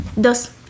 Dos